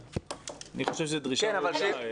אני חושב שזאת דרישה מועילה.